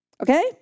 Okay